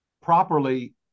properly